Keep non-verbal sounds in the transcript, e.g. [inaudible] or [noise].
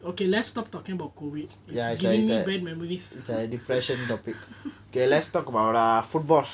okay let's stop talking about COVID it's giving me bad memories [laughs]